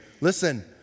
Listen